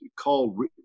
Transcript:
call